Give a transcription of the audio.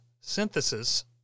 synthesis